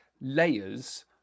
layers